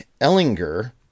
Ellinger